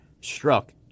struck